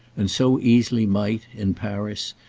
and so easily might, in paris,